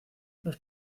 los